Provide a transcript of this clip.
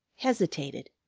hesitated,